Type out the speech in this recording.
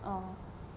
oh